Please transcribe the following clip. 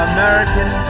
American